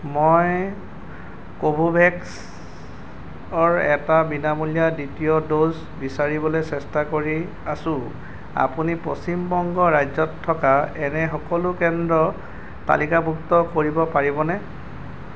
মই কোভোভেক্সৰ এটা বিনামূলীয়া দ্বিতীয় ড'জ বিচাৰিবলৈ চেষ্টা কৰি আছো আপুনি পশ্চিমবংগ ৰাজ্যত থকা এনে সকলো কেন্দ্ৰ তালিকাভুক্ত কৰিব পাৰিবনে